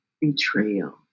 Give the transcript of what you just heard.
Betrayal